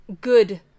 good